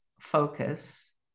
focus